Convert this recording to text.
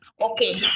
Okay